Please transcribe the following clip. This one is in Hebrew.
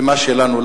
ומה שלנו,